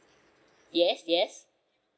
yes yes